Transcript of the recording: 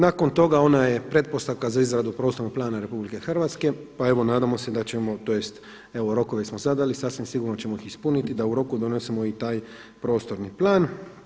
Nakon toga ona je pretpostavka za izradu prostornog plana RH pa evo nadamo se da ćemo tj. evo rokove smo zadali sasvim sigurno ćemo ih ispuniti da u roku donosimo taj prostorni plan.